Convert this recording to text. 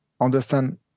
understand